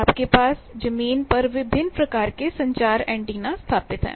आपके पास जमीन पर विभिन्न प्रकार के संचार एंटेना स्थापित हैं